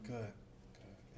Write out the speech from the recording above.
Good